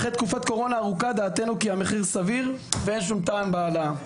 אחרי תקופת קורונה ארוכה דעתנו כי המחיר סביר ואין שום טעם בהעלאה.